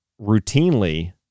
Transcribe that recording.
routinely